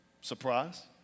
Surprise